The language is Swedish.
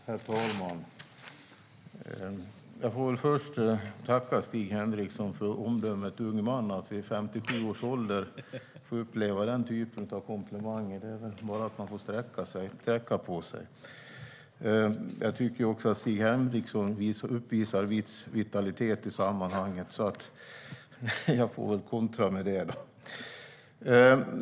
Herr talman! Jag får först tacka Stig Henriksson för epitetet "ung man". Att vid 57 års ålder få den typen av komplimanger är något som får en att sträcka på sig. Jag tycker att också Stig Henriksson visar viss vitalitet i sammanhanget, så jag får väl kontra med det.